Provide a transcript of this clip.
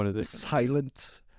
silent